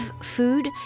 food